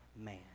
man